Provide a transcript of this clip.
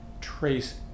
trace